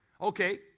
Okay